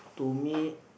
to me